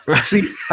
See